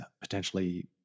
potentially